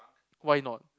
why not